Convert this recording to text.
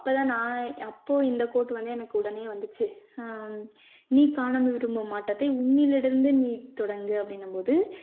அப்போதான் நான் அப்போது இந்த கோட் வந்து எனக்கு உடனே வந்துச்சு நீ காண விரும்பும் மாற்றத்தை உன்னிலிருந்து நீ தொடங்கு அப்படின்னும்போது